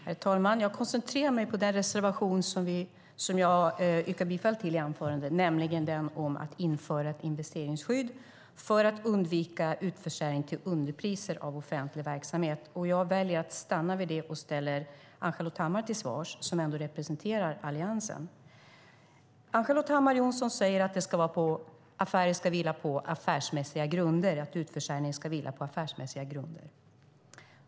Herr talman! Jag koncentrerar mig på den reservation som jag yrkade bifall till i anförandet, nämligen den om att införa ett investeringsskydd för att undvika utförsäljning till underpriser av offentlig verksamhet. Jag väljer att stanna vid det och ställer Ann-Charlotte Hammar Johnsson till svars, som ändå representerar Alliansen. Ann-Charlotte Hammar Johnsson säger att utförsäljningar ska vila på affärsmässiga grunder.